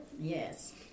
yes